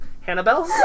Hannibal